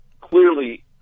clearly